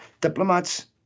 diplomats